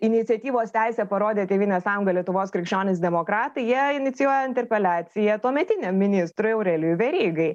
iniciatyvos teisę parodė tėvynės sąjunga lietuvos krikščionys demokratai jie inicijuoja interpeliaciją tuometiniam ministrui aurelijui verygai